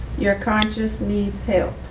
your conscious needs help.